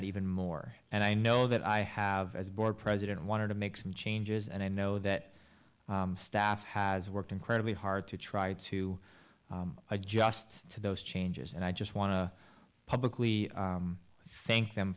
even more and i know that i have as board president wanted to make some changes and i know that staff has worked incredibly hard to try to adjust to those changes and i just want to publicly thank them